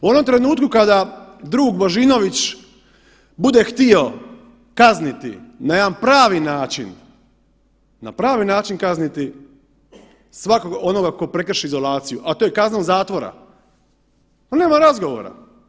U onom trenutku kada drug Božinović bude htio kazniti na jedan pravi način, na pravi način kazniti svakog onoga tko prekrši izolaciju, a to je kazna zatvora, pa nema razgovora.